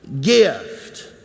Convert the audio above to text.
gift